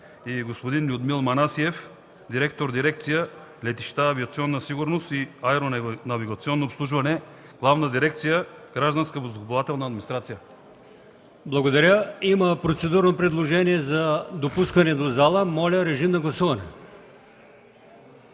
и господин Людмил Манасиев – директор на дирекция „Летища, авиационна сигурност и аеронавигационно обслужване”, Главна дирекция „Гражданска въздухоплавателна администрация”. ПРЕДСЕДАТЕЛ АЛИОСМАН ИМАМОВ: Благодаря. Има процедурно предложение за допускане в зала. Моля, режим на гласуване.